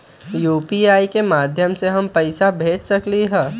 UPI के माध्यम से हम पैसा भेज सकलियै ह?